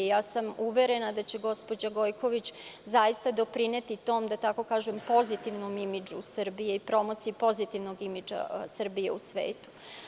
Ja sam uverena da će gospođa Gojković zaista doprineti tom, da tako kažem, pozitivnom imidžu Srbije i promociji pozitivnog imidža Srbije u svetu.